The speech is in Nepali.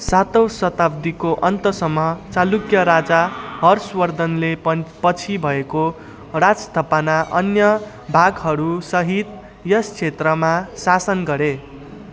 सातौँ शताब्दीको अन्त्यसम्म चालुक्य राजा हर्षवर्धनले पन्त पछि भएको राजस्थापना अन्य भागहरूसहित यस क्षेत्रमा शासन गरे